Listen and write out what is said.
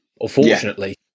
unfortunately